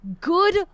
Good